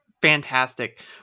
Fantastic